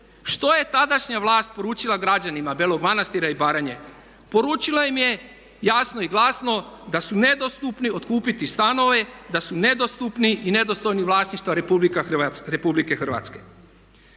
Što je tadašnja vlast poručila građanima Belog Manstira i Baranje? Poručila im je jasno i glasno da su nedopustupni otkupiti stanove, da su nedostupni i nedostojni vlasništva RH. To je problem